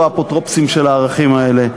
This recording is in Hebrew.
לא אפוטרופוסים של הערכים האלה.